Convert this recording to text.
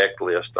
checklist